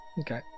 Okay